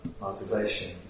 motivation